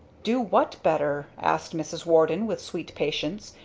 do what better? asked mrs. warden with sweet patience,